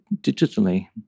digitally